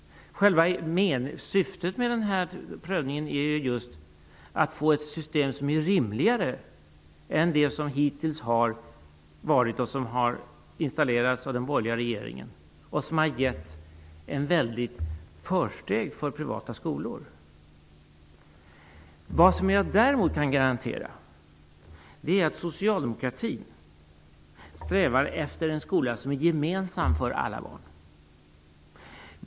Syftet med prövningen är ju just att få ett system som är rimligare än det som hittills har gällt och som har installerats av den borgerliga regeringen. Det systemet har gett ett väldigt försteg för privata skolor. Vad som jag däremot kan garantera är att socialdemokratin strävar efter en skola som är gemensam för alla barn.